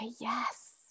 yes